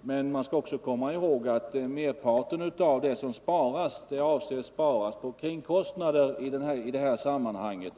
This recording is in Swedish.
Men man skall också komma ihåg att merparten av det som sparas avses att sparas på kringkostnader.